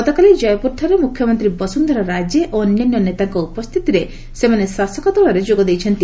ଗତକାଲି ଜୟପୁରଠାରେ ମୁଖ୍ୟମନ୍ତ୍ରୀ ବସୁନ୍ଧରା ରାଜେ ଓ ଅନ୍ୟାନ୍ୟ ନେତାଙ୍କ ଉପସ୍ଥିତିରେ ସେମାନେ ଶାସକଦଳରେ ଯୋଗ ଦେଇଛନ୍ତି